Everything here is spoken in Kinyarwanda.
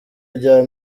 rya